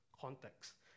context